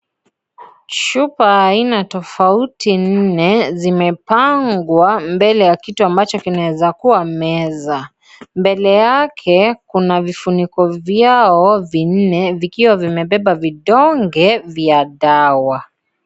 Chupa aina tofauti nne zimepangwa mbele ya kitu ambacho kinaezakua meza, mbele yake kuna vifuniko vyao vinne vikiwa vimebeba vidonge vya dawa.